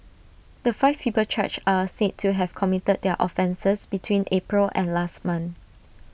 the five people charged are said to have committed their offences between April and last month